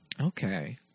okay